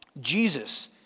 Jesus